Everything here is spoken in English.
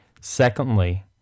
Secondly